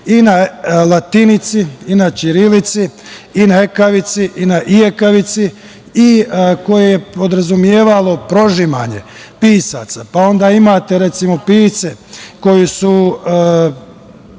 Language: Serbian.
i na latinici i na ćirilici i na ekavici i na ijekavici i koje podrazumevalo prožimanje pisaca. Onda imate, recimo, pisce koji su